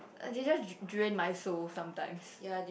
as in just d~ drain my soul sometimes